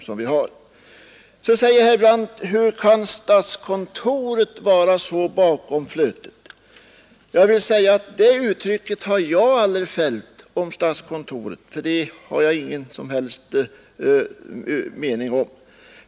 Slutligen undrade herr Brandt hur statskontoret kan vara så bakom flötet, men det är ett uttryck som jag aldrig har fällt om statskontoret. Det vill jag inte tro.